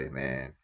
man